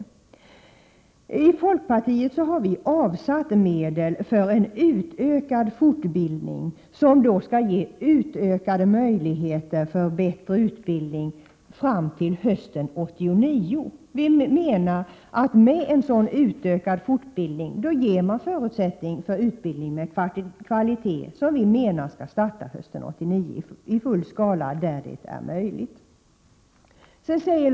Vi i folkpartiet har i vårt förslag avsatt medel för en utökad fortbildning som skall ge större möjligheter till bättre utbildning fram till hösten 1989. Vi menar att man med en sådan utökad fortbildning ger förutsättning för en utbildning med kvalitet, som skall starta hösten 1989 i full skala, där det är möjligt.